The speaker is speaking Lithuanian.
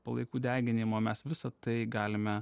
palaikų deginimo mes visa tai galime